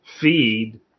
feed